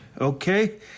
okay